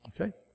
Okay